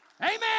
Amen